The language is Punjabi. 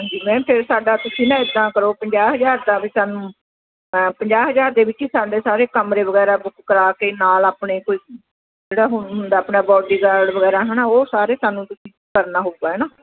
ਹਾਂਜੀ ਮੈਮ ਫਿਰ ਸਾਡਾ ਤੁਸੀਂ ਨਾ ਇਦਾਂ ਕਰੋ ਪੰਜਾਹ ਹਜ਼ਾਰ ਦਾ ਵੀ ਸਾਨੂੰ ਪੰਜਾਹ ਹਜ਼ਾਰ ਦੇ ਵਿੱਚ ਹੀ ਸਾਡੇ ਸਾਰੇ ਕਮਰੇ ਵਗੈਰਾ ਬੁੱਕ ਕਰਵਾ ਕੇ ਨਾਲ ਆਪਣੇ ਕੋਈ ਜਿਹੜਾ ਹੁਣ ਹੁੰਦਾ ਆਪਣਾ ਬੋਡੀਗਾਰਡ ਵਗੈਰਾ ਹੈਨਾ ਉਹ ਸਾਰੇ ਸਾਨੂੰ ਤੁਸੀਂ ਕਰਨਾ ਹੋਊਗਾ ਹੈਨਾ